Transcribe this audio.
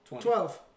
Twelve